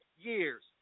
years